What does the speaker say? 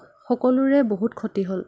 সকলোৰে বহুত ক্ষতি হ'ল